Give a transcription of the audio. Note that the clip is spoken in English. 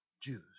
Jews